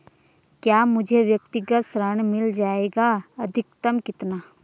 क्या मुझे व्यक्तिगत ऋण मिल जायेगा अधिकतम कितना?